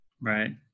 Right